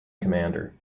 commander